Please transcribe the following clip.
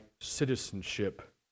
citizenship